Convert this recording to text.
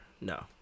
No